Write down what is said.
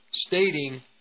stating